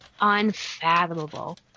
Unfathomable